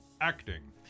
Acting